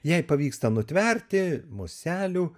jei pavyksta nutverti muselių